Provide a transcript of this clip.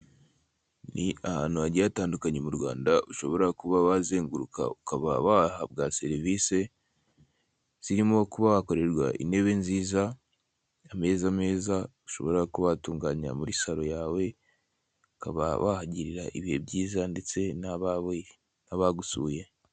Ni ahantu hagiye hatandukanye mu Rwanda ushobora kuba wazenguruka ukaba wahabwa serivisi zirimo kuba wakorerwa intebe nziza ,ameza meza ushobora kuba watunganya muri salo yawe bakaba bahagirira ibihe byiza ndetse nabawe n'abagusuye.